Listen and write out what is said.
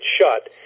shut